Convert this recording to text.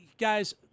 Guys